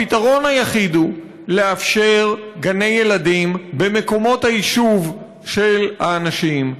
הפתרון היחיד הוא לאפשר גני ילדים במקומות היישוב של האנשים,